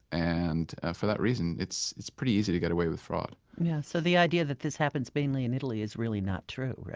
and for that reason, it's it's pretty easy to get away with fraud yeah so the idea that this happens mainly in italy is really not true?